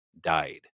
died